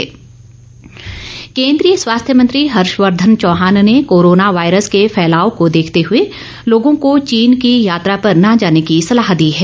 corona virus केन्द्रीय स्वास्थ्य मंत्री हर्षवर्धन चौहान ने कोरोना वायरस के फैलाव को देखते हुए लोगों को चीन की यात्रा पर न जाने की सलाह दी है